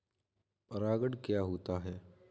परागण क्या होता है?